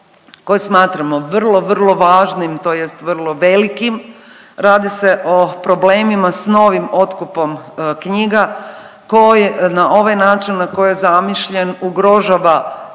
koji smatramo vrlo, vrlo važnim tj. vrlo velikim. Radi se o problemima s novim otkupom knjiga koji na ovaj način na koje je zamišljen ugrožava